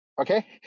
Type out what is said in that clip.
Okay